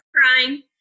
Crying